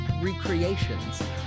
recreations